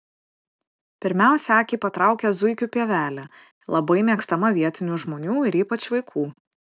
pirmiausia akį patraukia zuikių pievelė labai mėgstama vietinių žmonių ir ypač vaikų